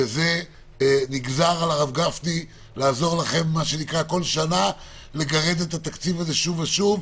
שזה נגזר על הרב גפני לעזור לכם וכל שנה לגרד את התקציב הזה שוב ושוב.